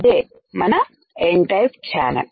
అదే మన N type channel